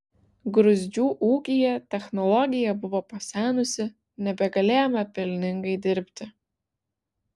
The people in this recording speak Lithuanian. gruzdžių ūkyje technologija buvo pasenusi nebegalėjome pelningai dirbti